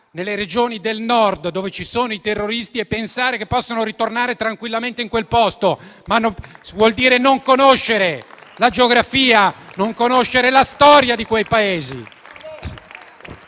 nelle regioni del Nord dove ci sono i terroristi? Come si può pensare che possano ritornare tranquillamente in quel posto? Vuol dire non conoscere la geografia e la storia di quei Paesi.